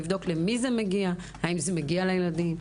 נבדוק למי זה מגיע והאם זה מגיע לילדים?